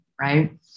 right